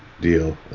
deal